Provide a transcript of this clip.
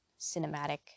cinematic